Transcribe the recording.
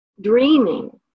dreaming